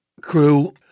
crew